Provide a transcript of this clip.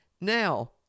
Now